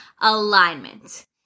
alignment